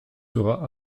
sera